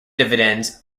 dividends